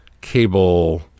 cable